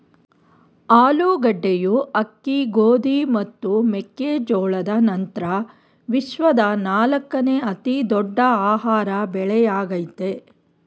ಆಲೂಗಡ್ಡೆಯು ಅಕ್ಕಿ ಗೋಧಿ ಮತ್ತು ಮೆಕ್ಕೆ ಜೋಳದ ನಂತ್ರ ವಿಶ್ವದ ನಾಲ್ಕನೇ ಅತಿ ದೊಡ್ಡ ಆಹಾರ ಬೆಳೆಯಾಗಯ್ತೆ